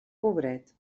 pobret